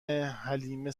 حلیمه